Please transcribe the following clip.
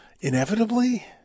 inevitably